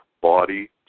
body